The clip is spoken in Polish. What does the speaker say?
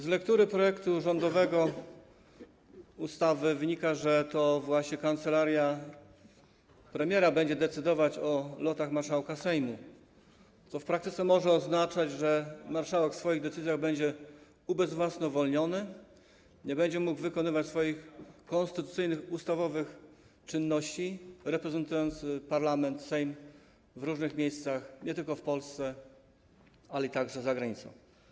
Z lektury rządowego projektu ustawy wynika, że to właśnie kancelaria premiera będzie decydować o lotach marszałka Sejmu, co w praktyce może oznaczać, że marszałek w swoich decyzjach będzie ubezwłasnowolniony, nie będzie mógł wykonywać swoich konstytucyjnych, ustawowych czynności, reprezentując parlament, Sejm w różnych miejscach, nie tylko w Polsce, ale także za granicą.